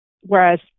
whereas